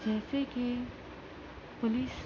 جیسے کہ پولیس